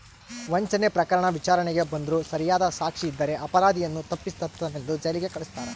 ವಂಚನೆ ಪ್ರಕರಣ ವಿಚಾರಣೆಗೆ ಬಂದ್ರೂ ಸರಿಯಾದ ಸಾಕ್ಷಿ ಇದ್ದರೆ ಅಪರಾಧಿಯನ್ನು ತಪ್ಪಿತಸ್ಥನೆಂದು ಜೈಲಿಗೆ ಕಳಸ್ತಾರ